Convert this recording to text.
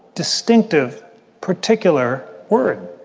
distinctive particular word.